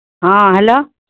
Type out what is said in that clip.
ہاں ہیلو